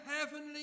heavenly